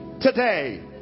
today